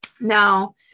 Now